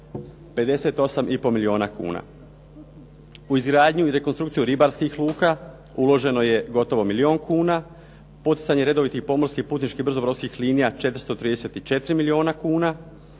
58,5 milijuna kuna. U izgradnju i rekonstrukciju ribarskih luka uloženo je gotovo milijun kuna, poticanje redovitih pomorskih putničkih brzobrodskih linija 434 milijuna kuna.